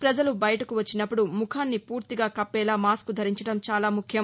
ప్రజలు బయటకు వచ్చినప్పుడు ముఖాన్ని పూర్తిగా కప్పేలా మాస్కు ధరించడం చాలా ముఖ్యం